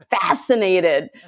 fascinated